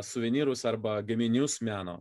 suvenyrus arba gaminius meno